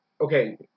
Okay